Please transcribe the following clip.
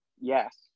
Yes